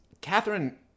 Catherine